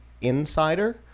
insider